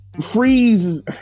Freeze